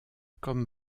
comme